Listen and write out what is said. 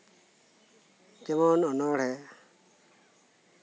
ᱡᱮᱢᱚᱱ ᱚᱱᱚᱬᱦᱮᱸ